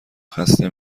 خسته